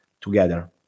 together